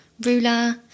Ruler